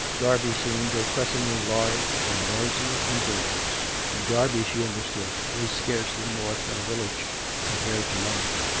derby seemed oppressingly large and noisy and danger ous and derby, she understood, was scarcely more than a village compared to london.